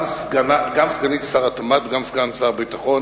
גם סגנית שר התמ"ת וגם סגן שר הביטחון.